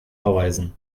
verweisen